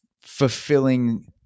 fulfilling